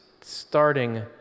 starting